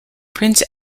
prince